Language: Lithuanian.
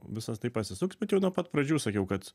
visas taip pasisuks bet jau nuo pat pradžių sakiau kad